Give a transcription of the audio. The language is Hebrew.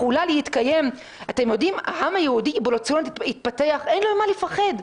העם היהודי אבולוציונית התפתח אין לו ממה לפחד.